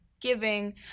giving